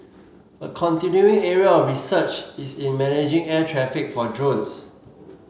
a continuing area of research is in managing air traffic for drones